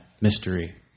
mystery